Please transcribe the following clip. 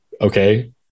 okay